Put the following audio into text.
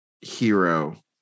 hero